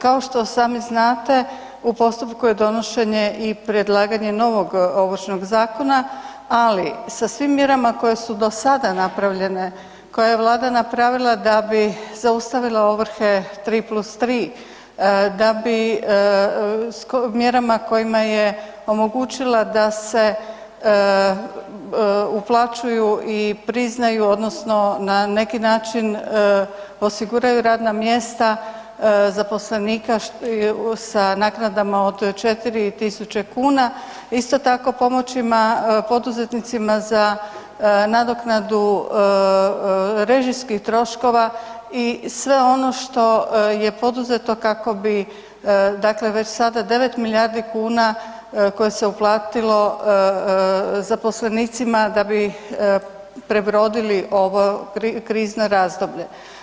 Kao što sami znate, u postupku je donošenje i predlaganje novog Ovršnog zakona ali sa svim mjerama koje su do sada napravljene, koje je Vlada napravila da bi zaustavila ovrhe 3+3, da bi mjerama kojima je omogućila da se uplaćuju i priznaju odnosno na neki način osiguraju radna mjesta zaposlenika sa naknadama od 4000 kn, isto tako pomoćima poduzetnicima za nadoknadu režijskih troškova i sve ono što je poduzeto kako bi dakle već sada 9 milijardi kuna koje se uplatilo zaposlenicima, da bi prebrodilo ovo krizno razdoblje.